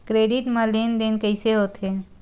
Credit मा लेन देन कइसे होथे?